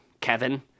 Kevin